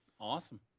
awesome